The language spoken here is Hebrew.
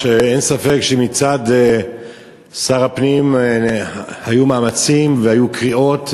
אין ספק שמצד שר הפנים היו מאמצים והיו קריאות,